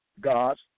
God's